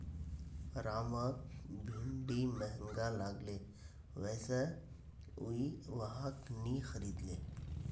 रामक भिंडी महंगा लागले वै स उइ वहाक नी खरीदले